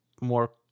more